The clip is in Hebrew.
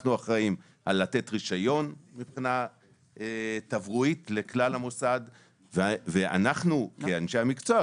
אנחנו אחראים לתת רישיון מבחינה תברואתית לכלל המוסד וכאנשי מקצוע,